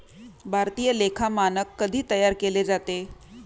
भारतीय लेखा मानक कधी तयार केले जाते?